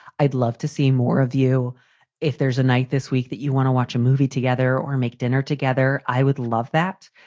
i'd love to see more of you if there's a night this week that you want to watch a movie together or make dinner together. i would love that.